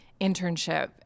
internship